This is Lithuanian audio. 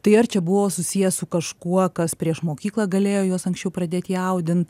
tai ar čia buvo susiję su kažkuo kas prieš mokyklą galėjo juos anksčiau pradėt jaudint